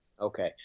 Okay